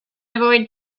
avoid